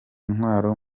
intwaro